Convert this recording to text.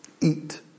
Eat